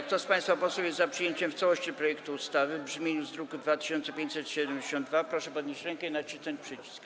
Kto z państwa posłów jest za przyjęciem w całości projektu ustawy w brzmieniu z druku nr 2572, proszę podnieść rękę i nacisnąć przycisk.